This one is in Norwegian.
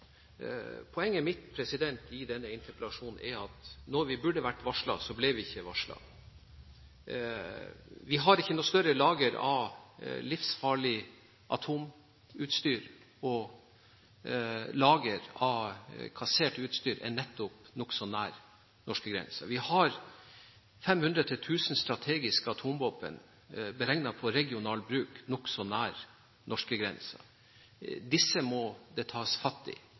Poenget mitt i denne interpellasjonen er at da vi burde vært varslet, ble vi ikke varslet. Det er et større lager av livsfarlig atomutstyr, og lageret av kassert utstyr er nettopp nokså nær norskegrensen. Vi har 500–1 000 strategiske atomvåpen beregnet på regional bruk nokså nær norskegrensen. Dette må det tas fatt i.